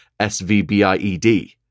SVBIED